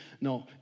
No